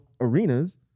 arenas